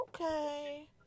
Okay